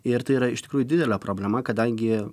ir tai yra iš tikrųjų didelė problema kadangi